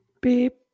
Beep